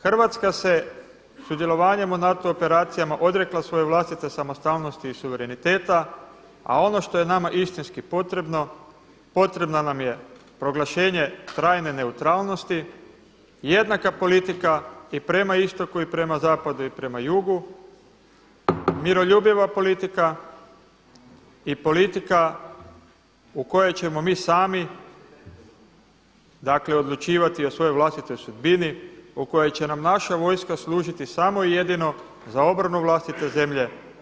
Hrvatska se sudjelovanjem u NATO operacijama odrekla svoje vlastite samostalnosti i suvereniteta a ono što je nama istinski potrebno, potrebna nam je proglašenje trajne neutralnosti, jednaka politika i prema istoku i prema zapadu i prema jugu, miroljubiva politika i politika u kojoj ćemo mi sami dakle odlučivati o svojoj vlastitoj sudbini o kojoj će nam naša vojska služiti samo i jedino za obranu vlastite zemlje.